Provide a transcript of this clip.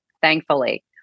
thankfully